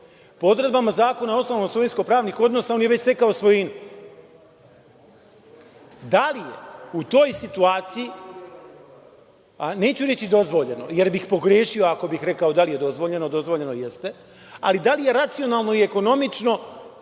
Po odredbama Zakona o osnovama svojinsko-pravnih odnosa on je već stekao svojinu. Da li je u toj situaciji, neću reći dozvoljeno jer bih pogrešio ako bih rekao da li je dozvoljeno, dozvoljeno jeste, ali da li je racionalno i ekonomično